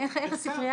איך הספרייה